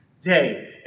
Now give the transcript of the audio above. day